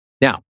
Now